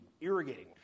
irrigating